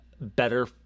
better